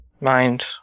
mind